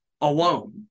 alone